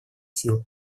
силы